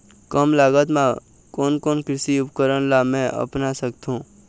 कम लागत मा कोन कोन कृषि उपकरण ला मैं अपना सकथो?